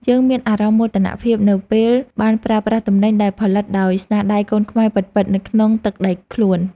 យើងមានអារម្មណ៍មោទនភាពនៅពេលបានប្រើប្រាស់ទំនិញដែលផលិតដោយស្នាដៃកូនខ្មែរពិតៗនៅក្នុងទឹកដីខ្លួន។